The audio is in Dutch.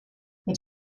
het